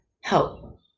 Help